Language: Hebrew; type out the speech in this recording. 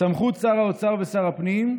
"סמכות שר האוצר ושר הפנים,